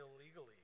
illegally